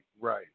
right